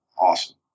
awesome